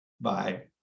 Bye